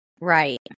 right